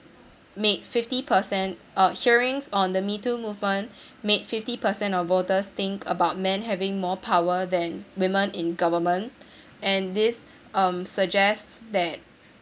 make fifty percent uh hearings on the me too movement make fifty percent of voters think about men having more power than women in government and this um suggests that